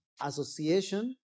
association